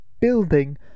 building